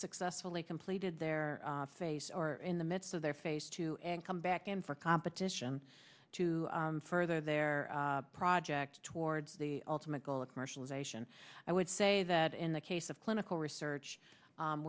successfully completed their face or in the midst of their face to come back in for competition to further their project towards the ultimate goal of commercialization i would say that in the case of clinical research